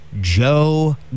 Joe